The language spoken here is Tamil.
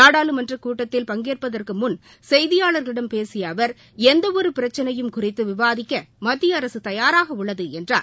நாடாளுமன்ற கூட்டத்தில் பங்கேற்பதற்கு முன் செய்தியாளர்களிடம் பேசிய அவர் எந்தவொரு பிரச்சனையும் குறித்து விவாதிக்க மத்திய அரசு தயாராக உள்ளது என்றார்